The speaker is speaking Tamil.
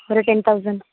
ஒரு டென் தௌசண்ட்